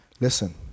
Listen